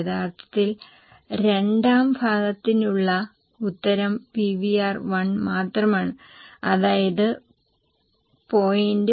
യഥാർത്ഥത്തിൽ രണ്ടാം ഭാഗത്തിനുള്ള ഉത്തരം PVR 1 മാത്രമാണ് അതായത് 0